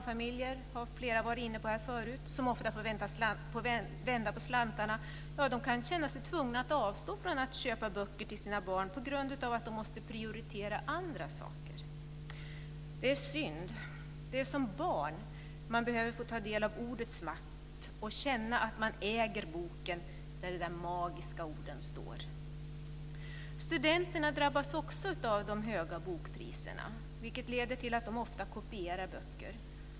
Flera har tagit upp barnfamiljerna, där många får vända på slantarna. De kan känna sig tvungna att avstå från att köpa böcker till sina barn på grund av att de måste prioritera andra saker. Det är synd. Det är som barn man behöver få ta del av ordets makt och känna att man äger boken där de magiska orden står. Studenterna drabbas också av de höga bokpriserna, vilket leder till att de ofta kopierar böcker.